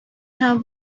have